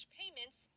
payments